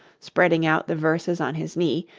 spreading out the verses on his knee,